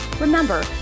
Remember